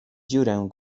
dziurę